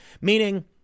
meaning